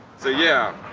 so yeah.